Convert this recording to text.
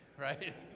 right